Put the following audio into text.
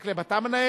מקלב, אתה מנהל?